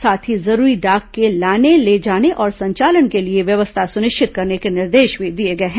साथ ही जरूरी डाक के लाने ले जाने और संचालन के लिए व्यवस्था सुनिश्चित करने के निर्देश भी दिए गए हैं